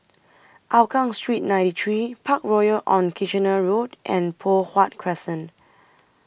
Hougang Street ninety three Parkroyal on Kitchener Road and Poh Huat Crescent